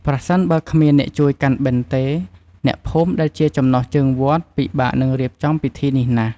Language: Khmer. ប្រសិនបើគ្មានអ្នកជួយកាន់បិណ្ឌទេ អ្នកភូមិដែលជាចំណុះជើងវត្ត ពិបាកនឹងរៀបចំពិធីនេះណាស់។